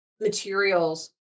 materials